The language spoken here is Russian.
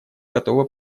готова